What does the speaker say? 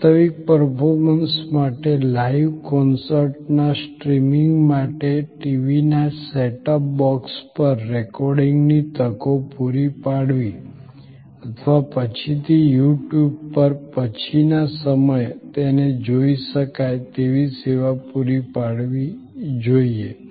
વાસ્તવિક પર્ફોર્મન્સ માટે લાઇવ કોન્સોર્ટના સ્ટ્રીમિંગ માટે ટીવીના સેટઅપ બોક્સ પર રેકોર્ડિંગની તકો પૂરી પાડવી અથવા પછીથી યુ ટ્યુબ પર પછી ના સમય તેને જોય શકાય તેવી સેવા પૂરી પાડવી જોઈએ